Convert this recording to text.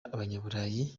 abanyaburayi